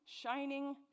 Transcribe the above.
shining